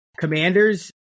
commanders